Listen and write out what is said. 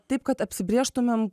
taip kad apsibrėžtumėm